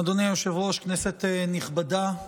היושב-ראש, כנסת נכבדה,